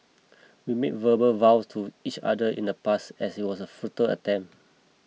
we made verbal vows to each other in the past as it was a futile attempt